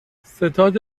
ستاد